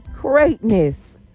greatness